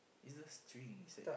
is the string it's like